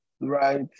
right